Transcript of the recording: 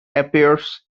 appears